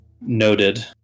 Noted